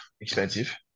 expensive